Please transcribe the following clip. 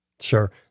Sure